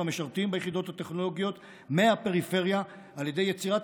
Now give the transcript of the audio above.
המשרתים ביחידות הטכנולוגיות מהפריפריה על ידי יצירת